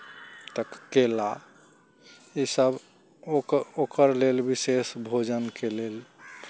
केला ईसभ ओक ओकर लेल विशेष भोजनके लेल